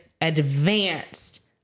advanced